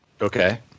okay